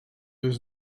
was